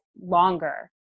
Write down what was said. longer